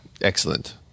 Excellent